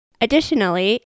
Additionally